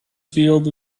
field